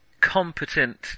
competent